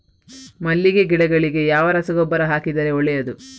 ಮಲ್ಲಿಗೆ ಗಿಡಗಳಿಗೆ ಯಾವ ರಸಗೊಬ್ಬರ ಹಾಕಿದರೆ ಒಳ್ಳೆಯದು?